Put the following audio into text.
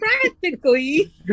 Practically